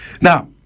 Now